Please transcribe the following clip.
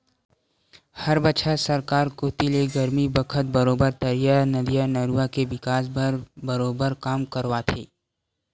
हर बछर सरकार कोती ले गरमी बखत बरोबर तरिया, नदिया, नरूवा के बिकास बर बरोबर काम करवाथे